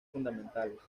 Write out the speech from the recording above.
fundamentales